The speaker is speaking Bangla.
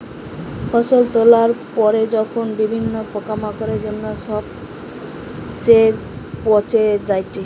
ফসল তোলার পরে যখন বিভিন্ন পোকামাকড়ের জন্য যখন সবচে পচে যায়েটে